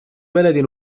بلد